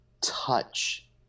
touch